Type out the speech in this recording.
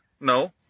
No